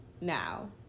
now